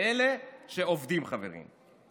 לאלה שעובדים, חברים.